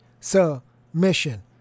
submission